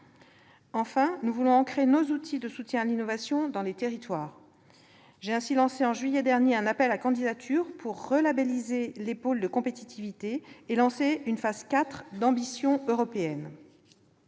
Enfin, nous voulons ancrer nos outils de soutien à l'innovation dans les territoires. J'ai ainsi lancé en juillet dernier un appel à candidatures pour « relabelliser » les pôles de compétitivité et lancer une phase 4 d'ambition européenne.